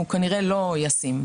הוא כנראה לא ישים.